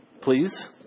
please